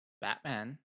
Batman